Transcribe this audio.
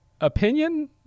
opinion